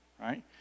Right